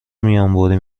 میانبری